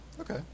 Okay